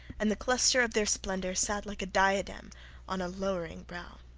and the cluster of their splendour sat like a diadem on a lowering brow.